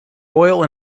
oil